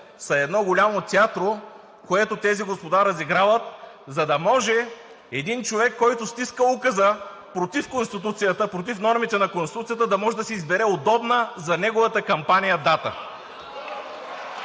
се към дясната част на залата) разиграват, за да може един човек, който стиска указа против Конституцията, против нормите на Конституцията, да може да си избере удобна за неговата кампания дата.